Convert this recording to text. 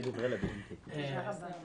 תודה רבה.